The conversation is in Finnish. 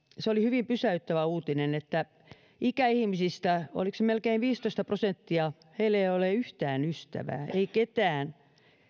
se oli hyvin pysäyttävä uutinen että osalla ikäihmisistä oliko se melkein viisitoista prosenttia ei ole yhtään ystävää ei ketään